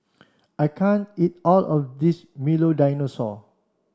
I can't eat all of this Milo Dinosaur